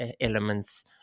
elements